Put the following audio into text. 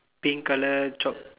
pink colour chop